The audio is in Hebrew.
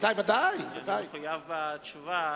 חייב תשובה.